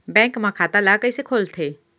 Bank म खाता ल कइसे खोलथे?